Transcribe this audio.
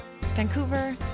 Vancouver